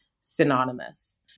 synonymous